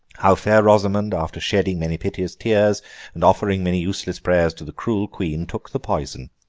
how fair rosamond, after shedding many piteous tears and offering many useless prayers to the cruel queen, took the poison,